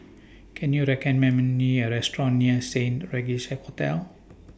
Can YOU recommend Me A Restaurant near Saint Regis Hotel